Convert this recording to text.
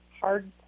hard